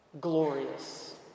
Glorious